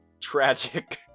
tragic